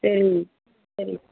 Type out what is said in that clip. சரிங்க மேம் சரிங்க